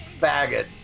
faggot